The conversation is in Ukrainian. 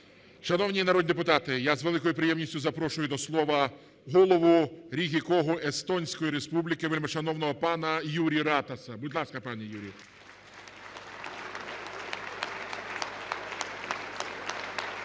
Шановні народні депутати, я з великою приємністю запрошую до слова Голову Рійгікогу Естонської Республіки вельмишановного пана Юрі Ратаса. Будь ласка, пане Юрі.